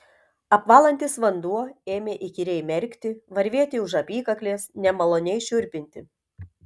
apvalantis vanduo ėmė įkyriai merkti varvėti už apykaklės nemaloniai šiurpinti